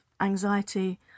anxiety